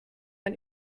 ein